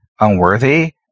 unworthy